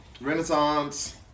Renaissance